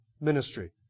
ministry